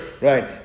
right